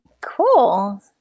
Cool